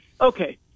Okay